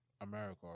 America